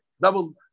double